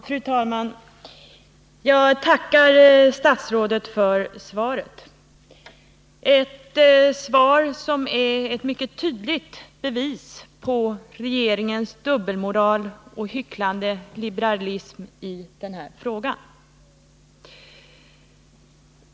Fru talman! Jag tackar statsrådet för svaret — ett svar som är ett mycket tydligt bevis på regeringens dubbelmoral och hycklande liberalism i den här frågan.